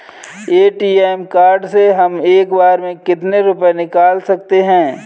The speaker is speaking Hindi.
ए.टी.एम कार्ड से हम एक बार में कितने रुपये निकाल सकते हैं?